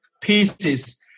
pieces